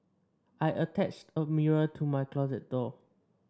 I attached a mirror to my closet door